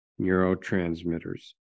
neurotransmitters